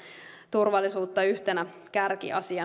turvallisuutta yhtenä kärkiasiana